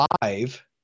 five